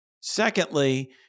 Secondly